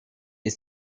ist